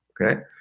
okay